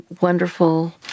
wonderful